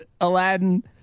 Aladdin